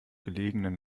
gelegenen